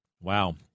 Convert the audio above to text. Wow